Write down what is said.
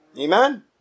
Amen